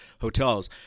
hotels